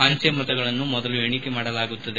ಅಂಜೆ ಮತಗಳನ್ನು ಮೊದಲು ಎಣಿಕೆ ಮಾಡಲಾಗುತ್ತದೆ